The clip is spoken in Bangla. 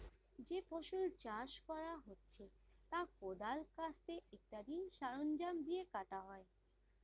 যে ফসল চাষ করা হচ্ছে তা কোদাল, কাস্তে ইত্যাদি সরঞ্জাম দিয়ে কাটা হয়